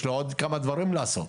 יש לי עוד כמה דברים לעשות.